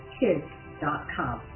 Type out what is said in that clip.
kids.com